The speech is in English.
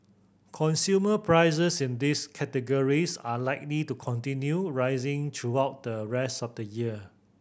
consumer prices in these categories are likely to continue rising throughout the rest of the year